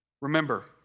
Remember